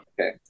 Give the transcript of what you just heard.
Okay